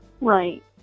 Right